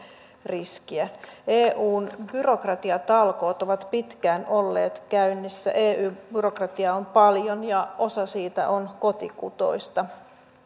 riskiä eun byrokratiatalkoot ovat pitkään olleet käynnissä eu byrokratiaa on paljon ja osa siitä on kotikutoista